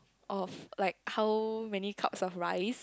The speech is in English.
of like how many cups of rice